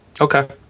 Okay